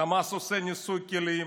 חמאס עושה ניסוי כלים.